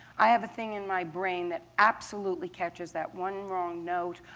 i have a thing in my brain that absolutely catches that one wrong note,